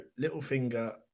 Littlefinger